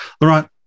Laurent